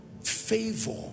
favor